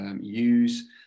use